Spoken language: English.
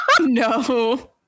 No